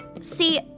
See